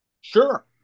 Sure